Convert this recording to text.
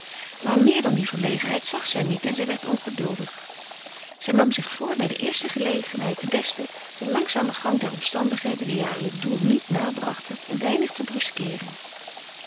maar meer dan die verlegenheid zag zij niet en zij werd ongeduldig zij nam zich voor bij de eerste gelegenheid de beste den langzamen gang der omstandigheden die haar heur doel niet nader brachten een weinig te